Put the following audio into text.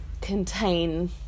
contain